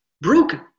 broken